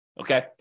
okay